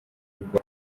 ariko